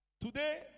Today